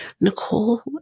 Nicole